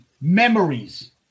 memories